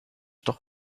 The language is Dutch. toch